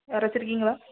யாராச்சும் இருக்கீங்களா